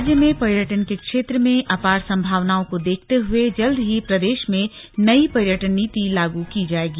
राज्य में पर्यटन के क्षेत्र में अपार संभावनाओं को देखते हुए जल्द ही प्रदेश में नई पर्यटन नीति लागू की जाएगी